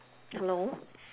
hello